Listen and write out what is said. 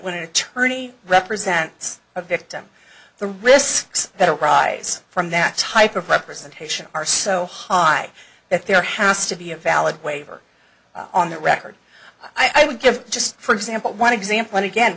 when attorney represents a victim the risks that arise from that type of representation are so high that there has to be a valid waiver on that record i would give just for example one example and again